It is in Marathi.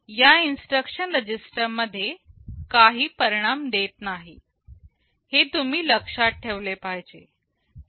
या इन्स्ट्रक्शन रजिस्टर मध्ये काही परिणाम देत नाही हे तुम्हाला लक्षात ठेवले पाहिजे